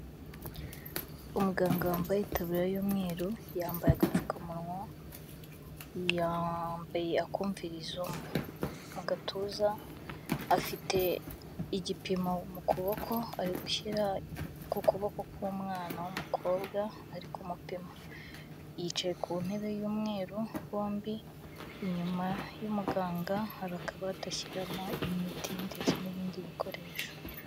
Umuganga wambaye itaburiya y'umweru, yambaye agapfukamunwa, yambaye akumvirizo mu gatuza, afite igipimo mu kuboko ari gushyira ku kuboko k'umwana w'umukobwa, ari kumupima, yicaye ku ntebe y'umweru, bombi, inyuma y'umuganga hari akabati ashyiramo imiti ndetse n'ibindi bikoresho.